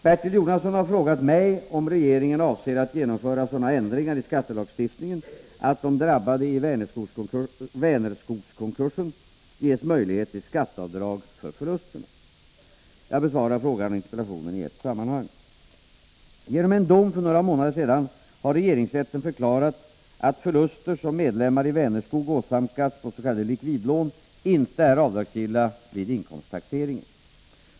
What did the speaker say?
Bertil Jonasson har frågat mig om regeringen avser att genomföra sådana ändringar i skattelagstiftningen att de drabbade i ”Vänerskogskonkursen” ges möjlighet till skatteavdrag för förlusterna. Jag besvarar frågan och interpellationen i ett sammanhang. Genom en dom för några månader sedan har regeringsrätten förklarat att förluster, som medlemmar i Vänerskog åsamkats på s.k. likvidlån, inte är avdragsgilla vid inkomsttaxeringen.